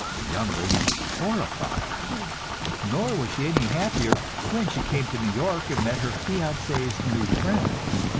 the young lady was horrified nor was she any happier when she came to new york and met her fiance's new friends.